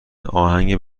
آهنگ